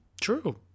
True